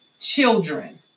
children